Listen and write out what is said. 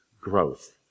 growth